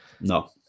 no